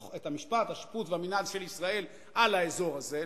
השיפוט והמינהל של ישראל על האזור הזה,